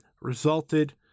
resulted